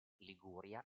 liguria